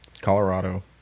Colorado